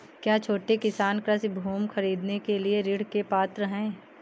क्या छोटे किसान कृषि भूमि खरीदने के लिए ऋण के पात्र हैं?